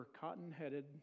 cotton-headed